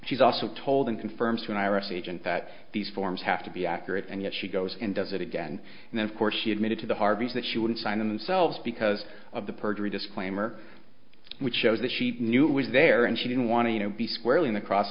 she's also told and confirms to an i r s agent that these forms have to be accurate and yet she goes and does it again and then of course she admitted to the harveys that she wouldn't sign themselves because of the perjury disclaimer which shows that she knew it was there and she didn't want to you know be squarely in the cross